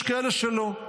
יש כאלה שלא.